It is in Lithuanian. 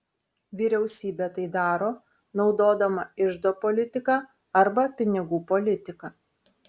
vyriausybė tai daro naudodama iždo politiką arba pinigų politiką